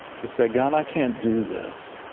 to say god i can't do this.